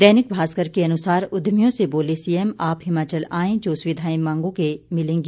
दैनिक भास्कर के अनुसार उद्यमियों से बोले सीएम आप हिमाचल आएं जो सुविधाएं मांगोगे मिलेंगी